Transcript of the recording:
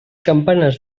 campanes